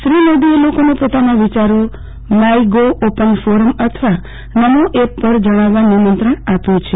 શ્રી મોદીએ લોકોને પોતાના વિયારો માઈગો ઓપન ફોરમ અથવા નમો એપ પર જણાવવા નિમંત્રણ આપ્યુ છે